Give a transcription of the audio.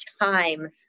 time